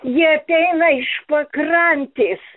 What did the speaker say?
jie ateina iš pakrantės